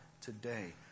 today